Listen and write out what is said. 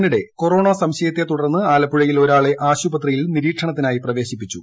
അതിനിടെ കൊറോണ സംശയത്തെ തുടർന്ന് ആലപ്പുഴയിൽ ഒരാളെ ആശുപത്രിയിൽ നിരീക്ഷണത്തിനായി പ്രവേശിപ്പിച്ചു